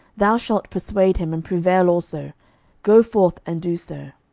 thou shalt persude him, and prevail also go forth, and do so.